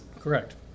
Correct